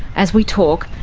as we talk,